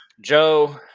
Joe